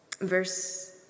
verse